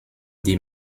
die